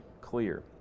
clear